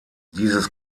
dieses